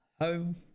home